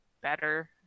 better